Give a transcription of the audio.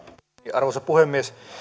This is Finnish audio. arvoisa puhemies